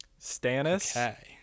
Stannis